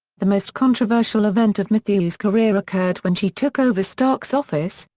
the most controversial event of mathieu's career occurred when she took over stark's office,